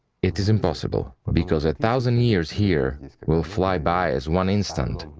it is impossible, because a thousand years here will fly by as one instant,